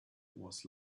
was